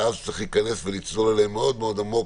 ואז צריך להיכנס ולצלול אליהם מאוד מאוד עמוק,